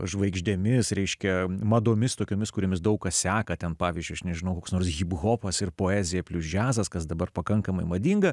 žvaigždėmis ryškia madomis tokiomis kuriomis daug kas seka ten pavyzdžiui aš nežinau koks nors hiphopas ir poezija plius džiazas kas dabar pakankamai madinga